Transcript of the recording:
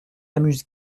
amuse